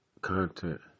content